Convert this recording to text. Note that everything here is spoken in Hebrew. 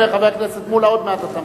חבר הכנסת מולה, עוד מעט אתה מדבר.